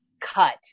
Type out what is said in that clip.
cut